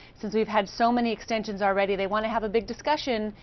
since we've had so many extensions already, they want to have a big discussion,